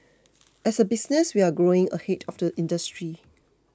as a business we're growing ahead of the industry